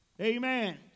Amen